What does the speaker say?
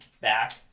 back